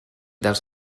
dels